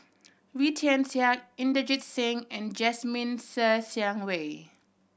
Wee Tian Siak Inderjit Singh and Jasmine Ser Xiang Wei